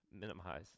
minimize